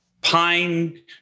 pine